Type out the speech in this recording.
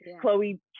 Chloe